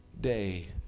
day